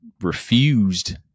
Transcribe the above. refused